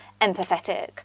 empathetic